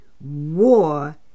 War